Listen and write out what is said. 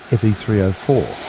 f e three ah four.